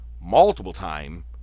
multiple-time